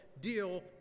deal